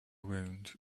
wound